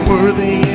Worthy